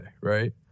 right